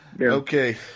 okay